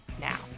now